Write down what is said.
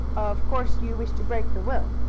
of course you wish to break the will?